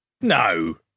No